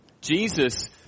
Jesus